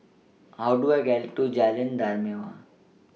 How Do I get to Jalan Dermawan